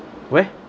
where